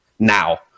now